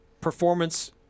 performance